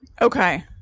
Okay